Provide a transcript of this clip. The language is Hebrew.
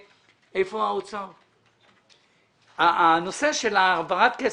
הנושא של העברת כסף.